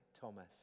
Thomas